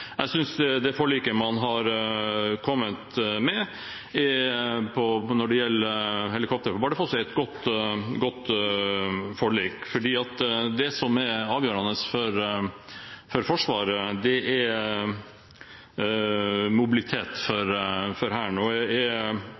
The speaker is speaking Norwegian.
Jeg synes det forliket man har kommet til når det gjelder helikopter på Bardufoss, er et godt forlik, for det som er avgjørende for Forsvaret, er mobilitet for Hæren. Og er «mobilitet» et nøkkelord, er det etter mitt syn «helikopter» som er svaret. Så jeg